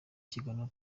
kiganiro